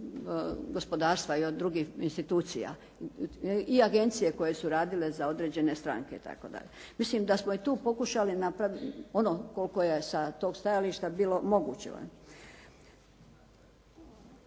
gospodarstva i od drugih institucija i agencije koje su radile za određene stranke itd. Mislim da smo i tu pokušali napravit, ono koliko je sa tog stajališta bilo moguće.